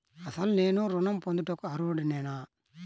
అసలు నేను ఋణం పొందుటకు అర్హుడనేన?